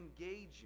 Engaging